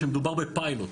שמדובר בפיילוט.